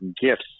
gifts